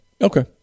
Okay